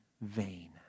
vain